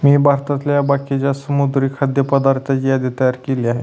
मी भारतातल्या बाकीच्या समुद्री खाद्य पदार्थांची यादी तयार केली आहे